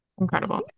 Incredible